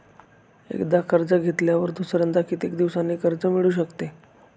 एकदा कर्ज घेतल्यावर दुसऱ्यांदा किती दिवसांनी कर्ज मिळू शकते?